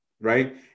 Right